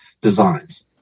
Designs